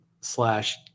slash